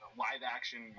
live-action